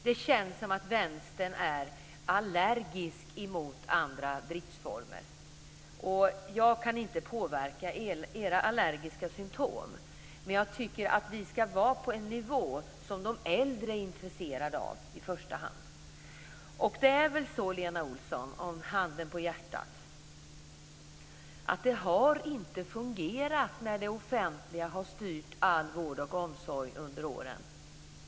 Det känns som att Vänstern är allergisk mot andra driftsformer. Jag kan inte påverka era allergiska symtom, men jag tycker att vi ska vara på en nivå som de äldre i första hand är intresserade av. Det är väl så, Lena Olsson, med handen på hjärtat, att det inte har fungerat när det offentliga har styrt all vård och omsorg under åren.